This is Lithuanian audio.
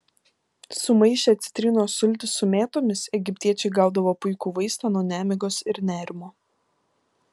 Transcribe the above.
sumaišę citrinos sultis su mėtomis egiptiečiai gaudavo puikų vaistą nuo nemigos ir nerimo